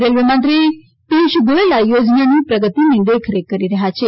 railway મંત્રી પીયુષ ગોયલે આ યોજનાની પ્રગતિની દેખરેખ કરી રહયાં છે